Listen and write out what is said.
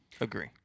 Agree